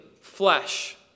flesh